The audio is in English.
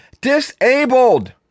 Disabled